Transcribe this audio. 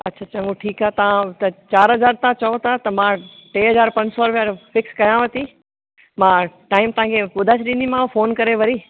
अच्छा चङो ठीकु आहे तव्हां त चार हज़ार तव्हां चओ था त मां टे हज़ार पंज सौ रुपया फ़िक्स कयांव थी मां टाइम तव्हां खे ॿुधाए छॾींदीमांव फ़ोन करे वरी